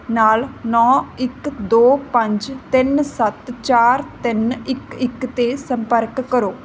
ਨਾਲ ਨੌਂ ਇੱਕ ਦੋ ਪੰਜ ਤਿੰਨ ਸੱਤ ਚਾਰ ਤਿੰਨ ਇੱਕ ਇੱਕ 'ਤੇ ਸੰਪਰਕ ਕਰੋ